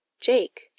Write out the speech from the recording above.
Jake